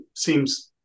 seems